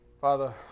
Father